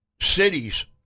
cities